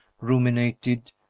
ruminated